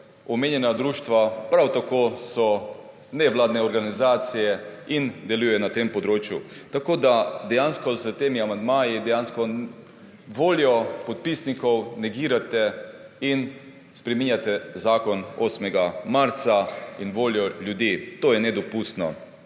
omenjena društva prav tako so nevladne organizacije in deluje na tem področju. Tako, da dejansko s temi amandmaji, dejansko voljo podpisnikov negirate in spreminjate zakon 8. marca in voljo ljudi. To je nedopustno.